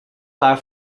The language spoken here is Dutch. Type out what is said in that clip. haar